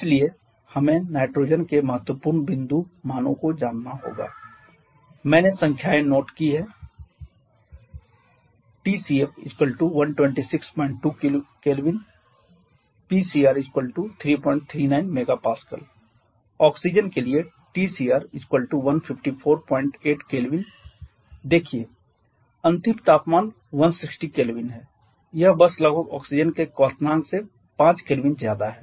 इसलिए हमें नाइट्रोजन के महत्वपूर्ण बिंदु मानों को जानना होगा मैंने संख्याएँ नोट की हैं Tcr 1262 K Pcr 339 MPa oxygen के लिए Tcr 1548 K देखिए अंतिम तापमान 160 K है यह बस लगभग ऑक्सीजन के क्वथनांक से 5 K ज्यादा है